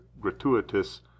gratuitous